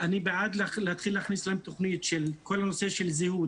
אני בעד להתחיל להכניס להם תוכנית של כל הנושא של זהות,